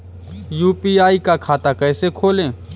UPI का खाता कैसे खोलें?